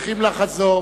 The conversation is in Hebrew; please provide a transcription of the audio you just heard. צריכים לחזור.